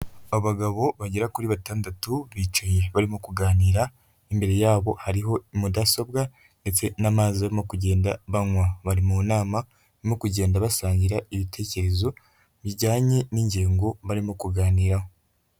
Abagabo bagera kuri batandatu bicaye barimo kuganira, imbere yabo hariho mudasobwa ndetse n'amazi barimo kugenda banywa, bari mu nama barimo kugenda basangira ibitekerezo bijyanye n'ingingo barimo kuganiraho.